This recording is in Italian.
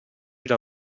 una